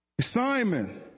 Simon